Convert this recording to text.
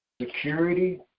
Security